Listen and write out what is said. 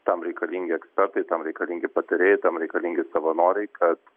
tam reikalingi ekspertai tam reikalingi patarėjai tam reikalingi savanoriai kad